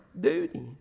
duty